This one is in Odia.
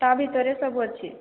ତା ଭିତରେ ସବୁ ଅଛି